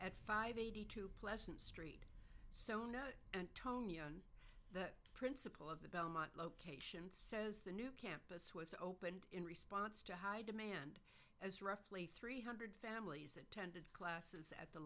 at five eighty two pleasant street so no antonio on the principle of the belmont location says the new campus was in response to high demand as roughly three hundred families attended classes at the